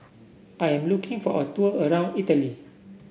I am looking for a tour around Italy